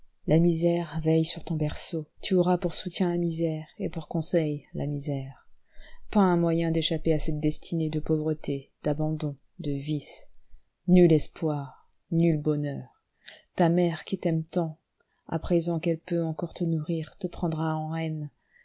la misère veille sur ton berceau tu auras pour soutien la misère et pour conseil la misère pas un moyen d'échapper à cette destinée de pauvreté d'abandon de vice nul espoir nul bonheur ta mère qui t'aime tant à présent qu'elle peut encore te nourrir te prendra en haine